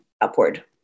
upward